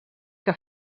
que